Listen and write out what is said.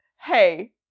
hey